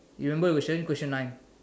remember the question question nine